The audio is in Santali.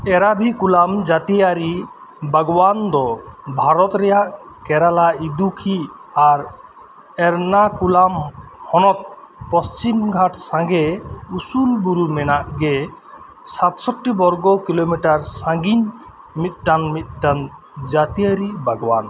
ᱮᱨᱟᱵᱷᱤᱠᱩᱞᱟᱢ ᱡᱟᱹᱛᱤᱭᱟᱨᱤ ᱵᱟᱜᱽᱣᱟᱱ ᱫᱚ ᱵᱷᱟᱨᱚᱛ ᱨᱮᱱᱟᱜ ᱠᱮᱨᱟᱞᱟ ᱤᱫᱩᱠᱷᱤ ᱟᱨ ᱮᱨᱱᱟᱠᱩᱞᱟᱢ ᱦᱚᱱᱚᱛ ᱯᱚᱪᱷᱤᱢ ᱜᱷᱟᱴ ᱥᱟᱸᱜᱮ ᱩᱥᱩᱞ ᱵᱩᱨᱩ ᱢᱮᱱᱟᱜ ᱜᱮ ᱥᱟᱛᱥᱚᱴᱴᱤ ᱵᱚᱨᱜᱚ ᱠᱤᱞᱳᱢᱤᱴᱟᱨ ᱥᱟᱺᱜᱤᱧ ᱢᱤᱫᱴᱟᱝ ᱢᱤᱫᱴᱟᱝ ᱡᱟᱹᱛᱤᱭᱟᱨᱤ ᱵᱟᱜᱣᱟᱱ